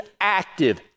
active